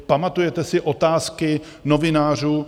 Pamatujete si otázky novinářů?